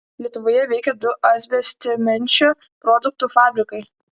lietuvoje veikė du asbestcemenčio produktų fabrikai